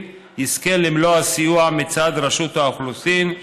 יזכה למלוא הסיוע מצד רשות האוכלוסין,